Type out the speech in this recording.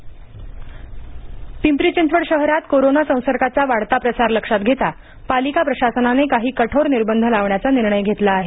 Pimpri Chinchwad corona निर्बंध पिंपरी चिंचवड शहरात corona संसर्गाचा वाढता प्रसार लक्षात घेता पालिका प्रशासनाने काही कठोर निर्बंध लावण्याचा निर्णय घेतला आहे